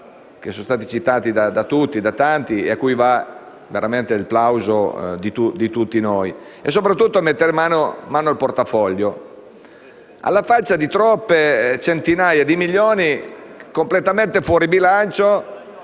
grazie a tutti